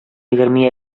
егерме